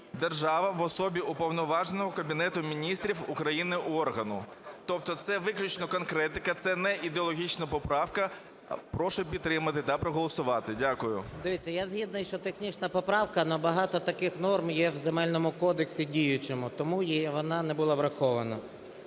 "Держава в особі уповноваженого Кабінетом Міністрів України органу". Тобто це виключно конкретика, це не ідеологічна поправка. Прошу підтримати та проголосувати. Дякую. 11:51:27 СОЛЬСЬКИЙ М.Т. Дивіться, я згодний, що технічна поправка, але багато таких норм є в Земельному кодексі діючому. Тому вона не була врахована.